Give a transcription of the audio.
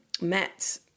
met